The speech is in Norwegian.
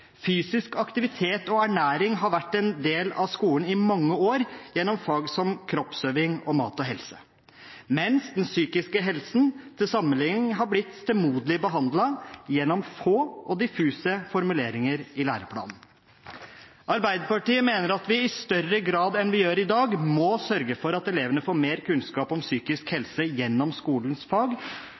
Fysisk aktivitet og ernæring har vært en del av skolen i mange år, gjennom fag som kroppsøving og mat og helse, mens den psykiske helsen – til sammenligning – har blitt stemoderlig behandlet gjennom få og diffuse formuleringer i læreplanen. Arbeiderpartiet mener at vi i større grad enn vi gjør i dag, må sørge for at elevene får mer kunnskap om psykisk helse gjennom skolens fag,